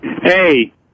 Hey